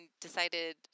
decided